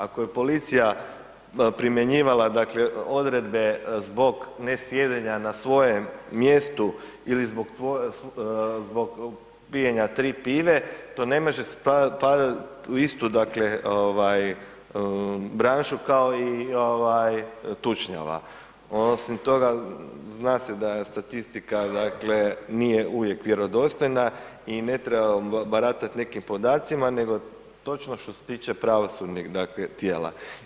Ako je policija primjenjivala dakle odredbe zbog ne sjedenja na svojem mjestu ili zbog pijenja tri pive to ne može spadat u istu dakle ovaj branšu kao i ovaj tučnjava, osim toga zna se da statistika dakle nije uvijek vjerodostojna i ne treba baratat nekim podacima, nego točno što se tiče pravosudnih dakle tijela.